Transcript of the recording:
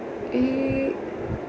eh